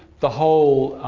the whole